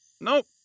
Nope